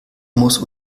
muss